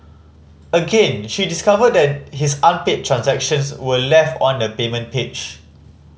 again she discovered that his unpaid transactions were left on the payment page